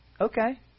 okay